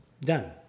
Done